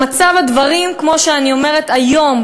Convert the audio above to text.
במצב הדברים כמו שאני אומרת היום,